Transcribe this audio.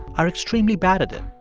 are extremely bad at it.